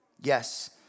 Yes